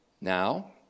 Now